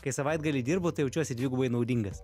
kai savaitgalį dirbu tai jaučiuosi dvigubai naudingas